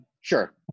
Sure